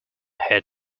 had